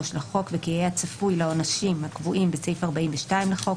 לחוק וכי אהיה צפוי לעונשים הקבועים בסעיף 42 לחוק